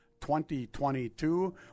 2022